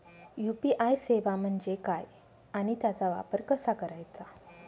UPI सेवा म्हणजे काय आणि त्याचा वापर कसा करायचा?